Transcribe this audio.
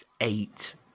Eight